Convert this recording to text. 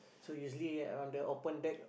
so usually on the open deck